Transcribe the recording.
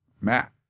Matt